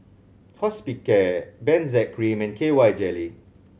Hospicare Benzac Cream and K Y Jelly